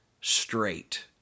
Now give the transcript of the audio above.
straight